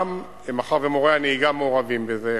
מאחר שמורי הנהיגה מעורבים בזה,